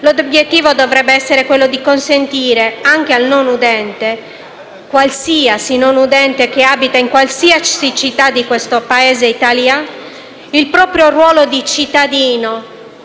L'obiettivo dovrebbe essere quello di consentire, anche al non udente - qualsiasi non udente, in qualsiasi città di questo Paese - il proprio ruolo di cittadino,